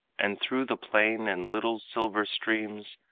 and through the plain in little silver streams,